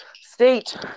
state